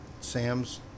Sam's